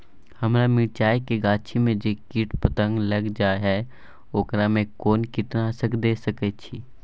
हमरा मिर्चाय के गाछी में जे कीट पतंग लैग जाय है ओकरा में कोन कीटनासक दिय सकै छी?